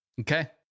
Okay